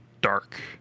dark